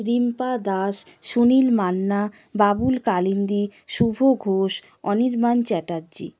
Rimpa Das Sunil Manna Babul Kalindi Shubho Ghosh Anirban Chatterjee